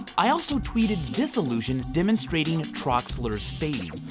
i also tweeted this illusion demonstrating troxler's fading.